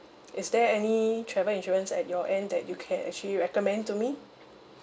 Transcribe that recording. is there any travel insurance at your end that you can actually recommend to me